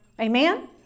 Amen